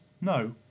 no